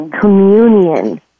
communion